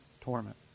torment